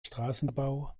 straßenbau